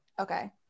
Okay